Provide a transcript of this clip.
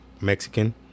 Mexican